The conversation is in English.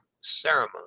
ceremony